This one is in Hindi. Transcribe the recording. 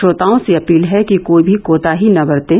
श्रोताओं से अपील है कि कोई भी कोताही न बरतें